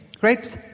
Great